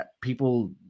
people